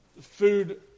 food